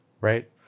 right